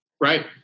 Right